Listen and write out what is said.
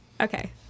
okay